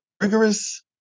rigorous